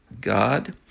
God